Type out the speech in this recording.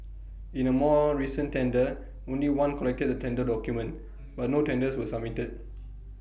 in A more recent tender only one collected the tender document but no tenders were submitted